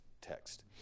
text